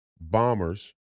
bombers